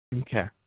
Okay